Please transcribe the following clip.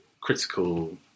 critical